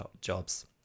jobs